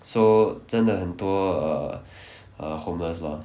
so 真的很多 err err homeless lor